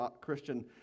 Christian